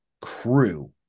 crew